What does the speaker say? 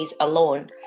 alone